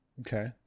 Okay